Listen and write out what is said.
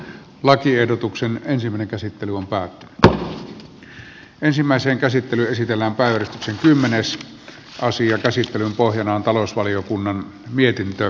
lakiehdotuksen ensimmäinen käsittely on päätti tulla ensimmäisen käsittely esitellä päivystyksen kymmenes asian käsittelyn pohjana on talousvaliokunnan mietintö